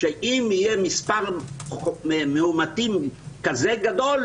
שאם יהיה מספר מאומתים גדול כזה,